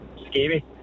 scary